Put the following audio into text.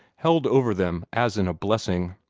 held over them as in a blessing.